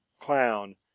clown